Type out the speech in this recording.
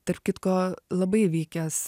tarp kitko labai vykęs